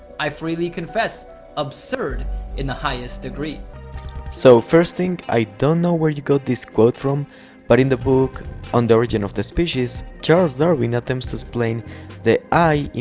i freely confess absurd in the highest degree so first thing. i don't know where you got this quote from but in the book on the origin of the species charles darwin attempts to explain the eye,